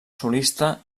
solista